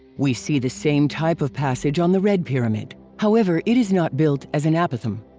we see the same type of passage on the red pyramid, however it is not built as an apothem.